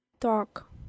talk